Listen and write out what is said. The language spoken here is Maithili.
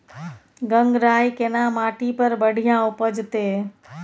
गंगराय केना माटी पर बढ़िया उपजते?